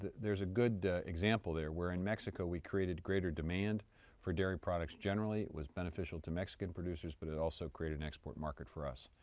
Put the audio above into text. there's a good example there where in mexico we created greater demand for dairy products generally, it was beneficial to mexican producers, but it also created an export market for us.